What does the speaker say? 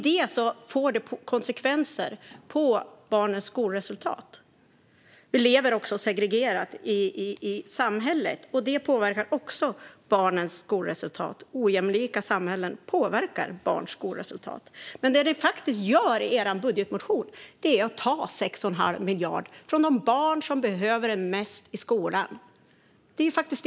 Det får konsekvenser för barnens skolresultat. Vi lever även segregerat i samhället, vilket påverkar skolresultat. Ojämlika samhällen påverkar barns skolresultat. Vad ni faktiskt gör i er budgetmotion är att ta 6 1⁄2 miljard från de barn i skolan som behöver det mest.